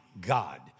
God